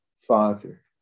Father